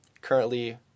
currently